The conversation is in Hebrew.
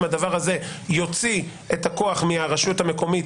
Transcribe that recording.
הדבר הזה יוציא את כוח ההצבעה מהרשות המקומית,